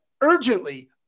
urgently